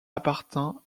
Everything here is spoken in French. appartint